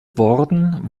worden